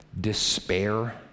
despair